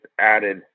added